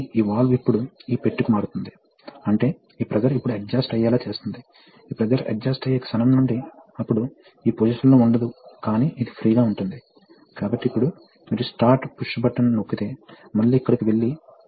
మరియు మొదటి సందర్భంలో ఈ స్థితిలో ప్రవాహం ఇలా ఉంటుంది ఈ విధంగా కాప్ కి మరియు కదలకుండా ప్రారంభమవుతుంది కాబట్టి స్వేచ్ఛగా వస్తుంది మరియు రిజనరేషన్ ఉంది